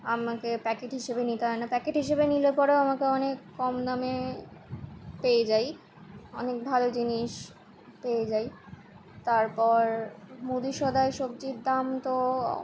আমাকে প্যাকেট হিসেবে নিতে হয় না প্যাকেট হিসেবে নিলে পড়েও আমাকে অনেক কম দামে পেয়ে যাই অনেক ভালো জিনিস পেয়ে যাই তারপর মুদি সদাই সবজির দাম তো